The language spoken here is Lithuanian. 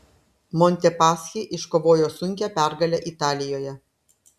montepaschi iškovojo sunkią pergalę italijoje